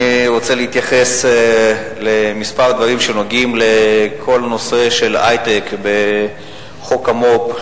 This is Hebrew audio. אני רוצה להתייחס לכמה דברים שנוגעים בכל הנושא של היי-טק בחוק המו"פ,